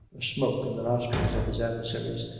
a smoke in the nostrils of his adversaries,